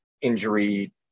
injury